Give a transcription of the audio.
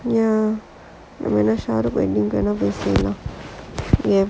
ya நம்ம இன்னும்:namma innnum hmm போயிட்டு வேணுனா பேசலாயா:poittu venunaa pesalaayaa